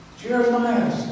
Jeremiah